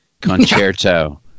concerto